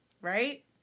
right